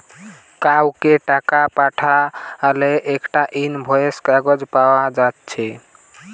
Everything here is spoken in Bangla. কাউকে টাকা পাঠালে একটা ইনভয়েস কাগজ পায়া যাচ্ছে